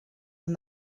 and